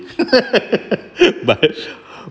but